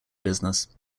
business